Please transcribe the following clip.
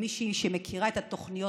מישהי שמכירה את התוכניות,